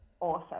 awesome